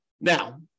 Now